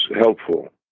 helpful